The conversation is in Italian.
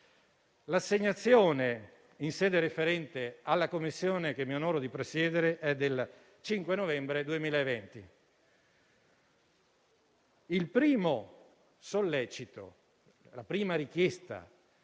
l'assegnazione in sede referente alla Commissione che mi onoro di presiedere è del 5 novembre 2020. Il primo sollecito, la prima richiesta